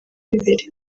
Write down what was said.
imbere